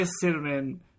Cinnamon